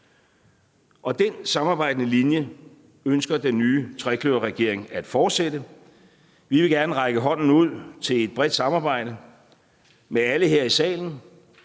Den samarbejdende linje ønsker den nye trekløverregering at fortsætte. Vi vil gerne række hånden ud til et bredt samarbejde med alle her i salen